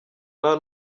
nta